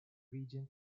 region